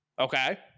Okay